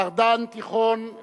מר דן תיכון,